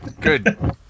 Good